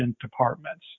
departments